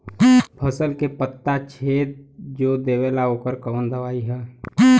फसल के पत्ता छेद जो देवेला ओकर कवन दवाई ह?